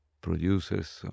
producers